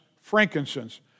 frankincense